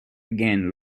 again